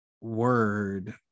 word